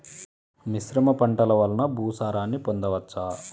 మిశ్రమ పంటలు వలన భూసారాన్ని పొందవచ్చా?